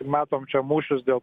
matom čia mūšius dėl